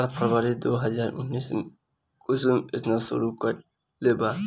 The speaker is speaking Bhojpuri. सरकार फ़रवरी दो हज़ार उन्नीस में कुसुम योजना शुरू कईलेबा